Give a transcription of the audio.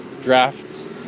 drafts